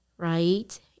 Right